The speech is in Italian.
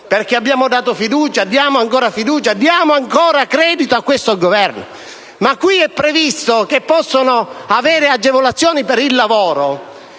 perché abbiamo dato fiducia e diamo ancora fiducia e credito a questo Governo, ma è previsto che possano avere agevolazioni per il lavoro